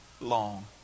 long